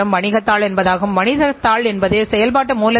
இவ்விருவகை பங்குதாரர்களையும் திருப்தி அடையச் செய்வது முக்கியமாகும்